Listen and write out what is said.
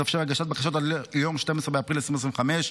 תתאפשר הגשת בקשות עד ליום 12 באפריל 2025,